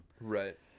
Right